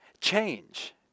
Change